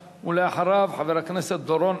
חבר הכנסת ג'מאל זחאלקה,